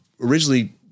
originally